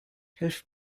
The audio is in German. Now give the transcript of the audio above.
helft